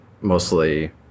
mostly